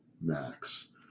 max